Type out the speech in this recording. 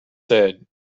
said